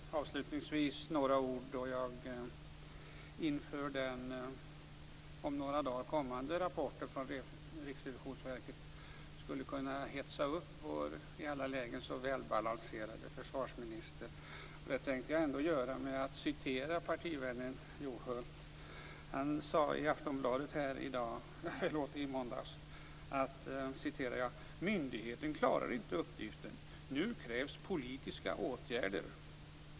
Herr talman! Avslutningsvis några ord då jag inför den om några dagar kommande rapporten från Riksrevisionsverket skulle kunna hetsa upp vår i alla lägen så välbalanserade försvarsminister. Det tänker jag göra genom att citera partivännen Juholt. Han sade i Aftonbladet i måndags: "Myndigheten klarar inte uppgiften. Nu krävs politiska åtgärder."